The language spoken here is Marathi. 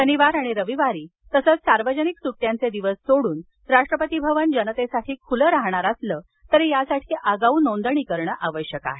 शनिवार आणि रविवारी तसंच सार्वजनिक सुट्ट्यांचेदिवस सोडून राष्ट्रपती भवन जनतेसाठी खुलं रहाणार असलं तरी यासाठी आगाऊ नोंदणी करणं आवश्यक आहे